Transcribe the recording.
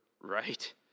Right